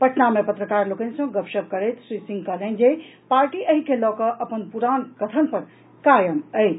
पटना मे पत्रकार लोकनि सँ गपशप करैत श्री सिंह कहलनि जे पार्टी एहि के लऽ कऽ अपन पुरान कथन पर कायम अछि